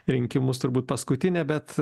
rinkimus turbūt paskutinė bet